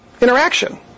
interaction